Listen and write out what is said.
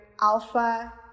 alpha